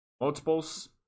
multiples